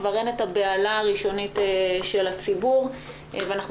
כבר אין את הבהלה הראשונית של הציבור ואנחנו